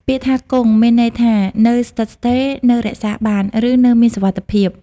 ពាក្យថា «គង់» មានន័យថា នៅស្ថិតស្ថេរ នៅរក្សាបាន ឬនៅមានសុវត្ថិភាព។